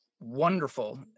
wonderful